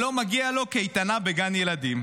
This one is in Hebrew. שלא מגיעה לו קייטנה בגן ילדים?